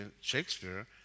Shakespeare